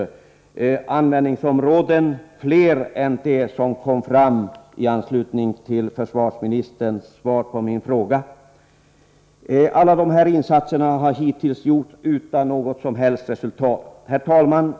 Det gäller då fler användningsområden än de som framkom i anslutning till försvarsministerns svar på min fråga. Men trots alla dessa insatser har man hittills inte nått något som helst resultat. Herr talman!